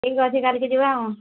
ଠିକ୍ ଅଛି କାଲିକି ଯିବା ଆଉ